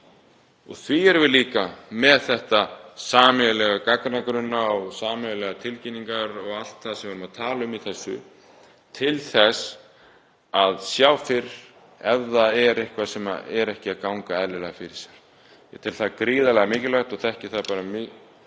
vegna erum við líka með sameiginlegan gagnagrunn og sameiginlegar tilkynningar og allt það sem við erum að tala um í þessu til þess að sjá fyrr ef það er eitthvað sem ekki gengur eðlilega fyrir sig. Ég tel það gríðarlega mikilvægt. Ég þekki það bara úr